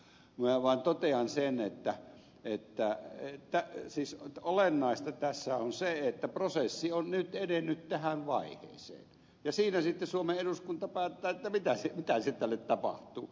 minä vaan totean sen että siis olennaista tässä on se että prosessi on nyt edennyt tähän vaiheeseen ja siinä sitten suomen eduskunta päättää mitä sitten tälle tapahtuu